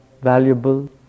valuable